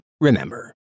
remember